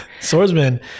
Swordsman